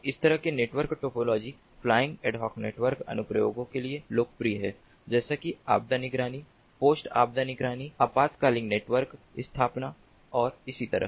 तो इस तरह का network topology flying ad hoc network अनुप्रयोगों के लिए लोकप्रिय है जैसे कि आपदा निगरानी पोस्ट आपदा निगरानी आपातकालीन नेटवर्क स्थापना और इसीतरह